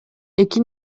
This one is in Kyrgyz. эки